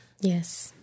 Yes